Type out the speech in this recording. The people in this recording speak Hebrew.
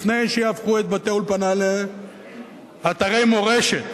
לפני שיהפכו את בתי האולפנה לאתרי מורשת